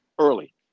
early